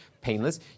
painless